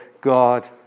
God